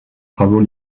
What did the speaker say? travaux